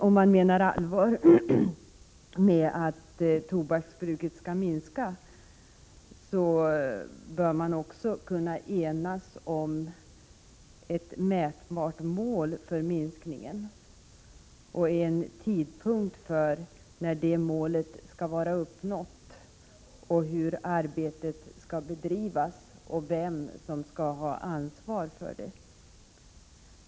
Om man menar allvar med att tobaksbruket skall minska, bör man också kunna enas om ett mätbart mål för minskningen, en tidpunkt för när målet skall vara uppnått, hur arbetet skall bedrivas och vem som skall ha ansvaret för det.